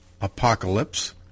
apocalypse